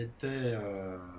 était